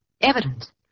Evidence